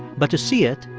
but to see it,